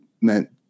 meant